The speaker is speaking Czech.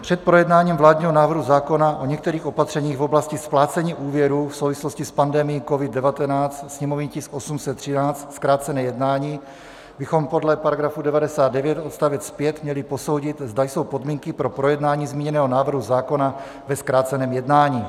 Před projednáváním vládního návrhu zákona o některých opatřeních v oblasti splácení úvěrů v souvislosti s pandemií COVID 19, sněmovní tisk 813, zkrácené jednání, bychom podle § 99 odst. 5 měli posoudit, zda jsou podmínky pro projednání zmíněného návrhu zákona ve zkráceném jednání.